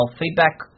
feedback